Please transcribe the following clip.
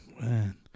Man